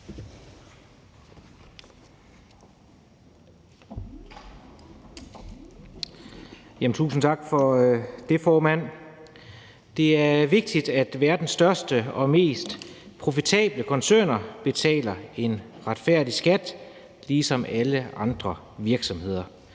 Tusind tak for det, formand. Det er vigtigt, at verdens største og mest profitable koncerner betaler en retfærdig skat ligesom alle andre virksomheder.